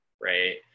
right